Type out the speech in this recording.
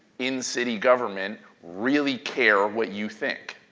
in city government really care what you think.